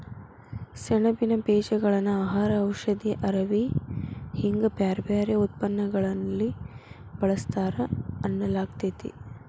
ಸೆಣಬಿನ ಬೇಜಗಳನ್ನ ಆಹಾರ, ಔಷಧಿ, ಅರವಿ ಹಿಂಗ ಬ್ಯಾರ್ಬ್ಯಾರೇ ಉತ್ಪನ್ನಗಳಲ್ಲಿ ಬಳಸ್ತಾರ ಅನ್ನಲಾಗ್ತೇತಿ